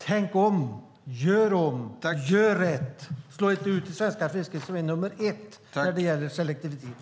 Tänk om, gör om, gör rätt och slå inte ut det svenska fisket, som är nr 1 när det gäller selektivitet.